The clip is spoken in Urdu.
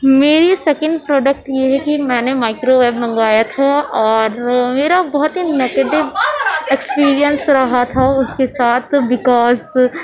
میری سیکنڈ پروڈکٹ یہ ہے کہ میں نے مائیکرو ویو منگوایا تھا اور میرا بہت ہی نگیٹو ایکسپیرئنس رہا تھا اس کے ساتھ بکاز